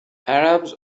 arabs